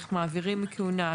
איך מעבירים מכהונה,